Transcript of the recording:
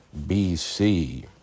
BC